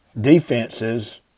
Defenses